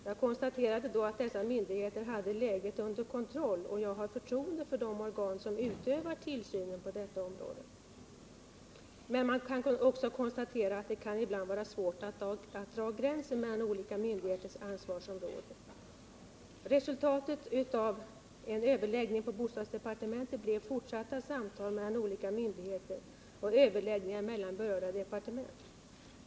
Jag konstaterade då att dessa myndigheter hade läget under kontroll, och jag har förtroende för de organ som utövar tillsynen på detta område. Men vi konstaterade också att det ibland kan vara svårt att dra gränsen mellan olika myndigheters ansvarsområden —-- Resultatet av denna överläggning på bostadsdepartementet blev fortsatta samtal mellan olika myndigheter och överläggningar mellan berörda departement.